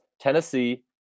Tennessee